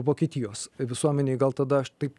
vokietijos visuomenei gal tada aš taip